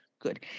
Good